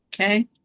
okay